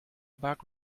bug